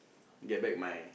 get back my